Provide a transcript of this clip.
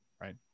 Right